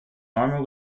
armor